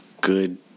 good